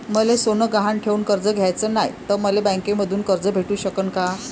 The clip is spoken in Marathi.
मले सोनं गहान ठेवून कर्ज घ्याचं नाय, त मले बँकेमधून कर्ज भेटू शकन का?